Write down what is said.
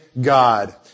God